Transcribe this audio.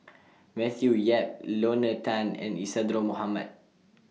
Matthew Yap Lorna Tan and Isadhora Mohamed